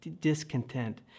discontent